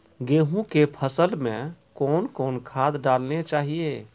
गेहूँ के फसल मे कौन कौन खाद डालने चाहिए?